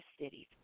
cities